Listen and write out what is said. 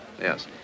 Yes